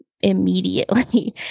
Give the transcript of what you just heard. immediately